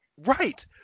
Right